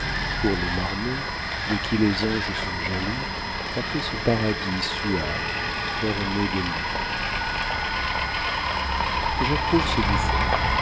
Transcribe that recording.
pour les marmots de qui les anges sont jaloux a fait ce paradis suave orné de loups j'approuve ce buffon